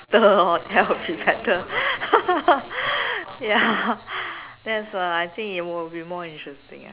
~ter lor that will be better ya that's uh I think it will be more interesting eh